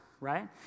right